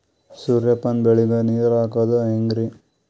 ಸೂರ್ಯಪಾನ ಬೆಳಿಗ ನೀರ್ ಹಾಕೋದ ಹೆಂಗರಿ?